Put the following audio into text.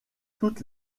toutes